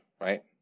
right